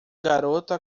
garota